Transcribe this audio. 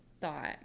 thought